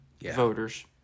voters